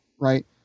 right